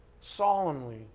solemnly